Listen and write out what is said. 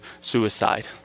suicide